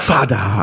Father